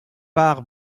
par